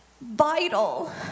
vital